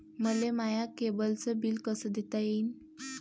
मले माया केबलचं बिल कस देता येईन?